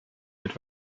mit